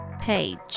page